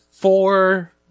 Four